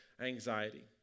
anxiety